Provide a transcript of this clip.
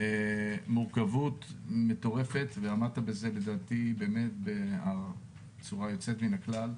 מורכבות מטורפת ולדעתי עמדת בזה בצורה יוצאת מהכלל.